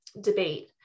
debate